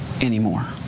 anymore